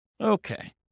Okay